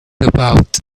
about